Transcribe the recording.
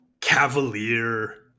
cavalier